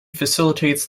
facilitates